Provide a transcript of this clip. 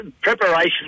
preparation